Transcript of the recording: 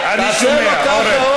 תעשה לו ככה,